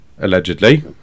allegedly